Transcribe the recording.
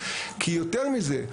כי יותר מזה,